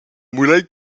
muraille